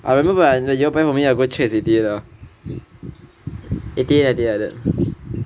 I remember when I you all buy for me I go check is eighty eight loh eighty eight like that